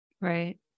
right